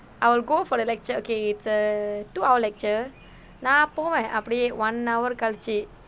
I will go for the lecture okay it's a two hour lecture நான் போவேன் அப்படியே:naan poven appadiye one hour கழித்து:kalitthu